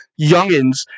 youngins